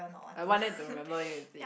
like want them to remember it is it